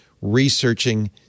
researching